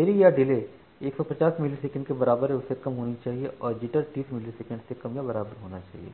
देरी या delay 150 millisecond के बराबर या उससे कम होनी चाहिए और जिटर 30 मिलीसेकंड के कम या बराबर होना चाहिए